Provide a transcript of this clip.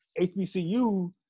HBCU